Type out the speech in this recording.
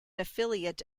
affiliate